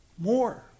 More